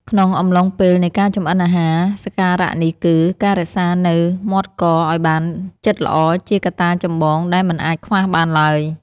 ក្នុងអំឡុងពេលនៃការចម្អិនអាហារសក្ការៈនេះគឺ ការរក្សានូវមាត់កឱ្យបានជិតល្អជាកត្តាចម្បងដែលមិនអាចខ្វះបានឡើយ។